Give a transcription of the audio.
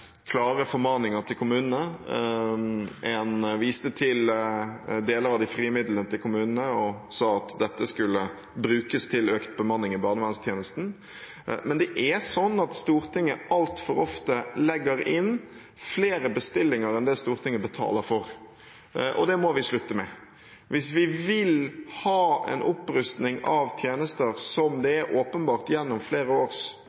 klare formaninger til kommunene, en viste til deler av de frie midlene til kommunene og sa at dette skulle brukes til økt bemanning i barnevernstjenesten. Men Stortinget legger altfor ofte inn flere bestillinger enn Stortinget betaler for. Det må vi slutte med. Hvis vi vil ha en opprusting av tjenester som det gjennom flere års prøving er åpenbart